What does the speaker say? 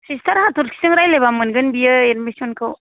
sister हाथरखि जों रायलायबा मोनगोन बियो एदमिसनखौ